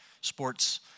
sports